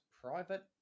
Private